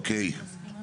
כן אוקי הנושא